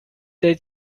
they